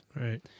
Right